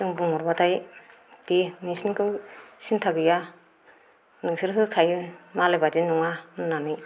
जों बुंहरबाथाय दे नोंसोरनिखौ सिन्था गैया नोंसोर होखायो मालाय बायदि नङा होन्नानै